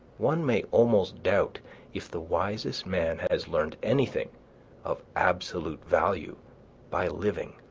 one may almost doubt if the wisest man has learned anything of absolute value by living.